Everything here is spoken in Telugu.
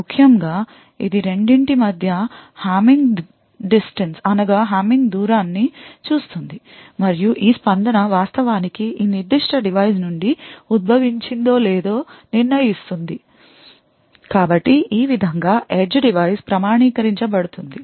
ముఖ్యంగా ఇది రెండింటి మధ్య హామింగ్ దూరాన్ని చూస్తుంది మరియు ఈ స్పందన వాస్తవానికి ఈ నిర్దిష్ట డివైస్ నుండి ఉద్భవించిందో లేదో నిర్ణయిస్తుంది కాబట్టి ఈ విధంగా edge డివైస్ ప్రామాణీకరించబడుతుంది